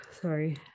Sorry